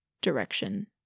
direction